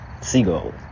seagull